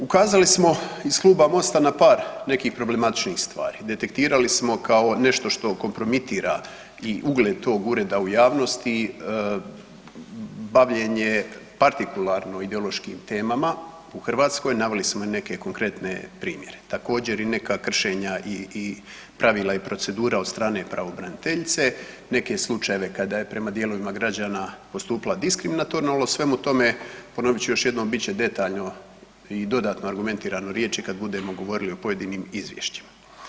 Ukazali smo iz kluba Mosta na par nekih problematičnih stvari, detektirali smo kao nešto što kompromitira i ugled tog ureda u javnosti, bavljenje partikularno ideološkim temama u Hrvatskoj, naveli smo i neke konkretne primjere, također i neka kršenja i pravila i procedura od strane pravobraniteljice, neke slučajeve kada je prema dijelovima građana postupila diskriminatorno, ali o svemu tome, ponovit ću još jednom, bit će detaljno i dodatno argumentirano riječi kada budemo govorili o pojedinim izvješćima.